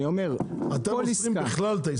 אני אומר כל עסקה -- אתם אוסרים בכלל את העסקאות,